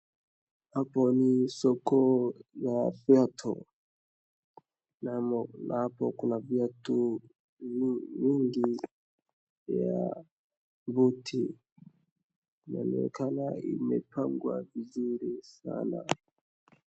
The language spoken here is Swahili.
Hapo ni soko ya viatu. Na hapo kuna viatu mingi ya buti. Yalionekana imepangwa vizuri sana,